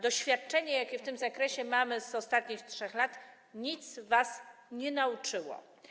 Doświadczenie, jakie w tym zakresie mamy, ostatnich 3 lat nic was nie nauczyło.